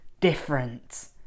different